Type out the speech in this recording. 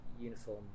uniform